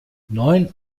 neun